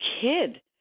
kid